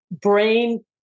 brain